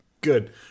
Good